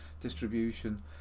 distribution